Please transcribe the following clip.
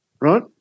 Right